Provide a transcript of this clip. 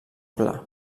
pla